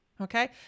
Okay